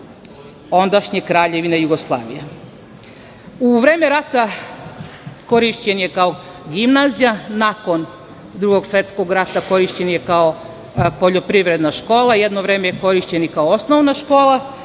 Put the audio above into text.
ondašnje Kraljevine Jugoslavije.U vreme rata korišćen je kao gimnazija, nakon Drugog svetskog rata korišćen je kao poljoprivredna škola, jedno vreme je korišćen i kao osnovna škola,